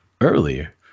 earlier